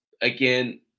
Again